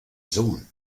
sohn